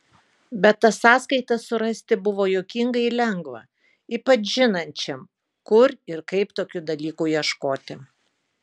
bet tas sąskaitas surasti buvo juokingai lengva ypač žinančiam kur ir kaip tokių dalykų ieškoti